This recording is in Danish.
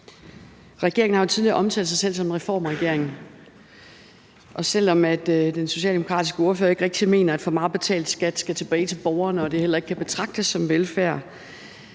Regeringen har jo tidligere omtalt sig selv som en reformregering, og selv om den socialdemokratiske ordfører ikke rigtig mener, at for meget betalt skat skal tilbage til borgerne, og at det heller ikke kan betragtes som velfærd,